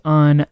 on